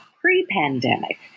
pre-pandemic